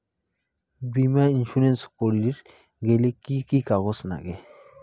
বীমা ইন্সুরেন্স করির গেইলে কি কি কাগজ নাগে?